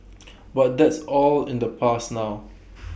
but that's all in the past now